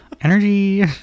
Energy